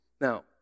Now